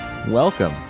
Welcome